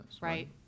Right